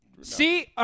See